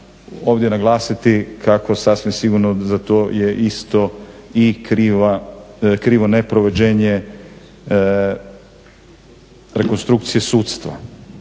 ovdje naglasiti kako sasvim sigurno je za to isto krivo neprovođenje rekonstrukcije sudstva.